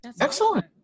excellent